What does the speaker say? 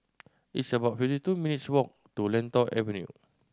it's about fifty two minutes' walk to Lentor Avenue